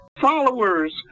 followers